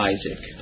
Isaac